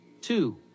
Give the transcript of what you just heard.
Two